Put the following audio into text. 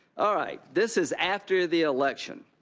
all right. this is after the election.